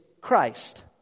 Christ